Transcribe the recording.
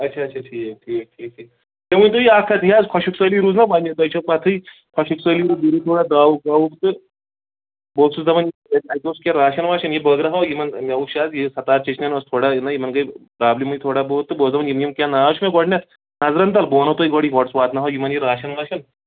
اچھا اچھا ٹھیٖک ٹھیٖک ٹھیٖک ٹھیٖک تُہۍ ؤنۍ تَو یہِ اَکھ کَتھ یہِ حظ خۄشٕکۍ سٲلی روٗز نا وَنہِ تۄہہِ چھو پَتھٕے خۄشٕکۍ سٲلی روٗز بے روٗد تھوڑا داوُکھ واوُکھ تہٕ بہٕ اوسُس دپان اَتہِ اوس کیٚنٛہہ راشَن واشَن یہِ بٲگر ہاو یِمن مےٚ وُچھ حظ یہِ سَتار چیچن اوس تھوڑا نہ یِمن گٔے پرٛابلِمٕے تھوڑا بہت تہٕ بہٕ اوسُس دَپان یِم یِم یِم کیٛاہ ناو چھِ مےٚ گۄڈنٮ۪تھ نظرَن تَل بہٕ وَنو تۄہہِ گۄڈٕ یہِ گۄڈٕ سُہ واتناوو یِمن یہِ راشَن واشَن